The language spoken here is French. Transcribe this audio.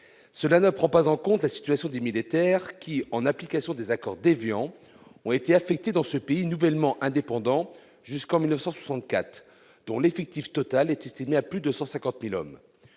Cela ne prend pas en compte la situation des militaires qui, en application des accords d'Évian, ont été affectés dans ce pays nouvellement indépendant jusqu'en 1964, dont l'effectif total est estimé à plus de 150 000 hommes.